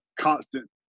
constant